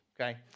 okay